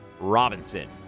Robinson